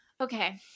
Okay